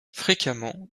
fréquemment